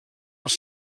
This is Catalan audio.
els